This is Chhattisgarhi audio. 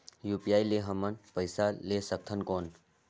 यू.पी.आई ले हमन पइसा ले सकथन कौन?